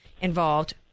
involved